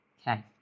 Okay